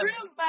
room